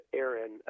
Aaron